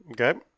Okay